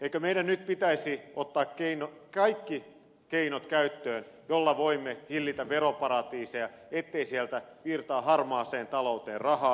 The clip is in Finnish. eikö meidän nyt pitäisi ottaa kaikki keinot käyttöön joilla voimme hillitä veroparatiiseja ettei sieltä virtaa harmaaseen talouteen rahaa